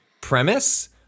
premise